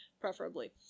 preferably